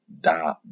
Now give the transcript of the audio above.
da